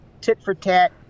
tit-for-tat